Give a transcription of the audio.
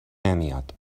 نمیاد